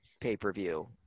pay-per-view